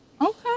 Okay